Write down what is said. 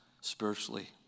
spiritually